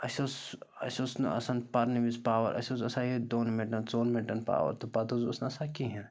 اَسہِ اوس اَسہِ اوس نہٕ آسان پَرنہِ وِزِ پاوَر اَسہِ اوس آسان یِہوٚے دۄن مِنٹَن ژۄن مِنٹَن پاوَر تہٕ پَتہٕ حظ اوس نہٕ آسان کِہیٖنۍ